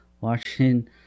watching